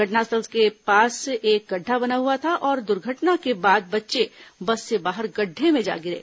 घटनास्थल के पास एक गढ़ढा बना हुआ था और दुर्घटना के बाद बच्चे बस से बाहर गढ़ढे में जा गिरे